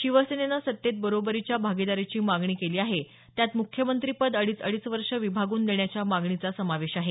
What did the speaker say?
शिवसेनेनं सत्तेत बरोबरीच्या भागीदारीची मागणी केली आहे त्यात मुख्यमंत्रीपद अडीच अडीच वर्ष विभागून देण्याच्या मागणीचा समावेश आहे